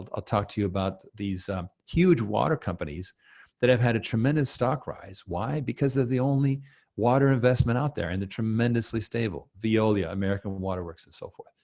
ah i'll talk to you about these huge water companies that have had a tremendous stock rise. why? because they're the only water investment out there, and they're tremendously stable. veolia, american water works and so forth.